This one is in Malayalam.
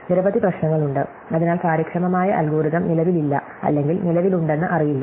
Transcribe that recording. നിരവധി പ്രശ്നങ്ങളുണ്ട് അതിനാൽ കാര്യക്ഷമമായ അൽഗോരിതം നിലവിലില്ല അല്ലെങ്കിൽ നിലവിലുണ്ടെന്ന് അറിയില്ല